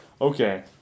Okay